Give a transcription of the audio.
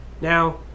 Now